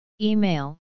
Email